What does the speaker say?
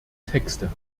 texte